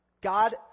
God